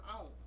own